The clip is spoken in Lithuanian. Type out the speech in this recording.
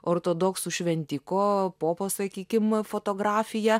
ortodoksų šventiko popo sakykim fotografija